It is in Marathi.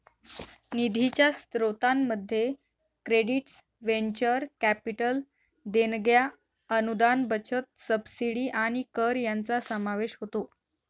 निधीच्या स्त्रोतांमध्ये क्रेडिट्स व्हेंचर कॅपिटल देणग्या अनुदान बचत सबसिडी आणि कर यांचा समावेश होतो